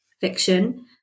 fiction